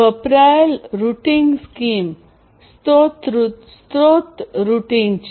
વપરાયેલ routing scheme સ્રોત routing છે